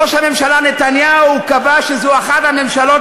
ראש הממשלה נתניהו קבע שזו אחת הממשלות